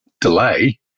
delay